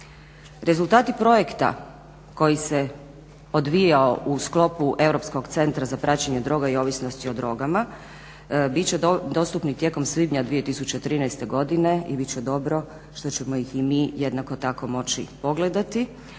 Rezultati projekta koji se odvijao u sklopu Europskog centra za praćenje draga i ovisnosti o drogama, bit će dostupni tijekom svibnja 2013. godine i bit će dobro što ćemo ih i mi jednako tako moći pogledati,